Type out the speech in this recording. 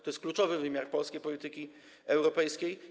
To jest kluczowy wymiar polskiej polityki europejskiej.